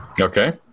Okay